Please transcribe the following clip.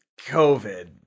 COVID